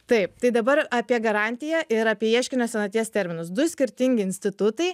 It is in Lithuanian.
taip tai dabar apie garantiją ir apie ieškinio senaties terminus du skirtingi institutai